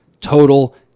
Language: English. total